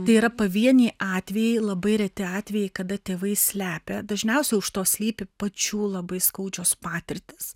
tai yra pavieniai atvejai labai reti atvejai kada tėvai slepia dažniausiai už to slypi pačių labai skaudžios patirtys